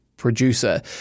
producer